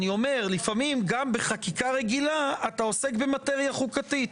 אני אומר שלפעמים גם בחקיקה רגילה אתה עוסק במטריה חוקתית.